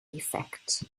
effect